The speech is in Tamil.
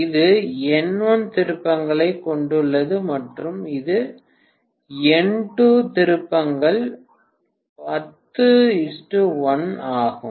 இது N1 திருப்பங்களைக் கொண்டுள்ளது மற்றும் இது N2 திருப்பங்கள் 10 1 ஆகும்